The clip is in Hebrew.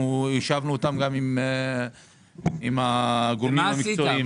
אנחנו קישרנו אותם עם הגורמים המקצועיים.